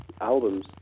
albums